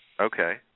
Okay